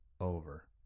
Over